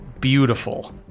beautiful